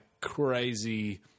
crazy